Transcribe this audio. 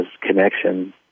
connection